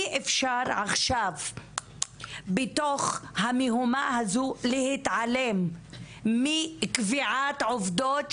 אי אפשר עכשיו בתוך המהומה הזו להתעלם מקביעת עובדות